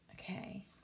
Okay